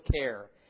care